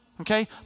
okay